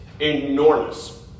enormous